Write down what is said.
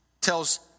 tells